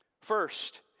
First